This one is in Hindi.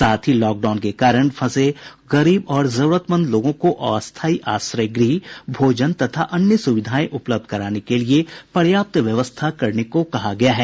साथ ही लॉकडाउन के कारण फंसे गरीब और जरूरतमंद लोगों को अस्थायी आश्रय गृह भोजन तथा अन्य सुविधायें उपलब्ध कराने के लिए पर्याप्त व्यवस्था करने को कहा गया है